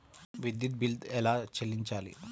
విద్యుత్ బిల్ ఎలా చెల్లించాలి?